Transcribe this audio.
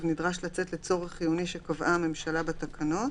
נדרש לצאת לצורך חיוני שקבעה הממשלה בתקנות,